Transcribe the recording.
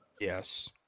Yes